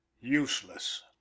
Useless